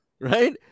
Right